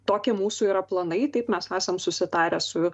tokie mūsų yra planai taip mes esam susitarę su